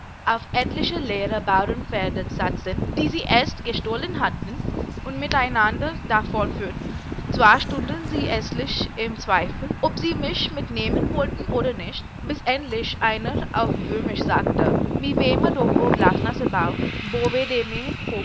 auf etliche leere baurenpferde satzten die sie erst gestohlen hatten und miteinander davonführten zwar stunden sie erstlich im zweifel ob sie mich mitnehmen wollten oder nicht bis endlich einer auf böhmisch sagte mih weme